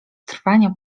trwania